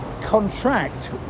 contract